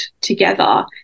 together